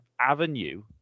avenue